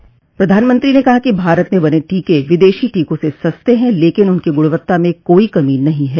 प्रधानमंत्री ने कहा कि भारत में बने टीके विदेशी टीकों से सस्ते हैं लेकिन उनकी गुणवत्ता में कोई कमी नहीं हैं